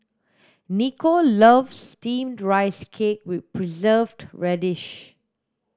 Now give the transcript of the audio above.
Niko loves steamed rice cake with preserved radish